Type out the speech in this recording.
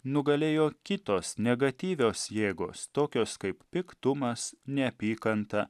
nugalėjo kitos negatyvios jėgos tokios kaip piktumas neapykanta